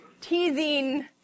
teasing